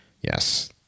Yes